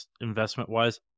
investment-wise